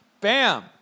bam